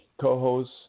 co-host